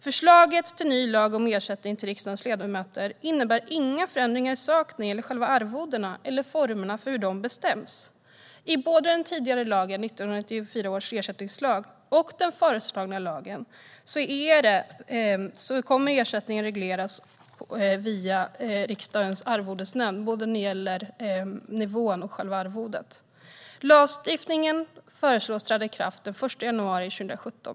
Förslaget till ny lag om ersättning till riksdagens ledamöter innebär inga förändringar i sak när det gäller själva arvodena eller formerna för hur de bestäms. I både den tidigare lagen, 1994 års ersättningslag, och den föreslagna lagen regleras ersättningen via riksdagens arvodesnämnd; det gäller både nivån och själva arvodet. Lagstiftningen föreslås träda i kraft den 1 januari 2017.